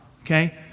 okay